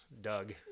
Doug